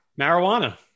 Marijuana